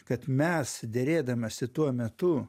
kad mes derėdamiesi tuo metu